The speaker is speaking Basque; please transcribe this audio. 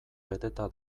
beteta